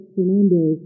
Fernando